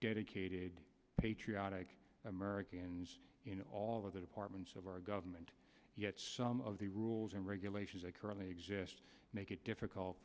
cade patriotic americans you know all of the departments of our government yet some of the rules and regulations that currently exist make it difficult